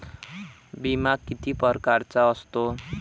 बिमा किती परकारचा असतो?